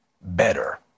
better